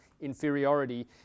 inferiority